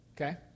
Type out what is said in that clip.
Okay